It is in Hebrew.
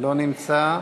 לא נמצא.